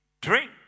drink